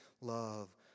love